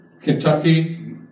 Kentucky